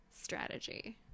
strategy